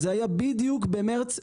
זה היה בדיוק במרץ האחרון,